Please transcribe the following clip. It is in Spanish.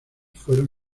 fueron